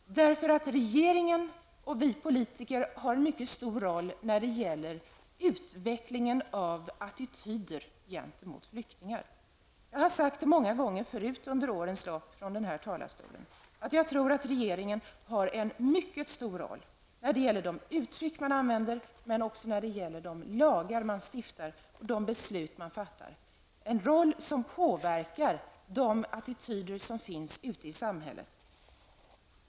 Regeringen och vi politiker har en mycket stor roll när det gäller utvecklingen av attityder gentemot flyktingar. Jag har sagt det många gånger förut under årens lopp från den här talarstolen. Jag tror att regeringen har en mycket stor roll när det gäller de uttryck man använder, men också när de gäller de lagar man stiftar och de beslut man fattar. Det är en roll som påvekar de attityder som finns ute i samhället.